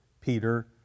Peter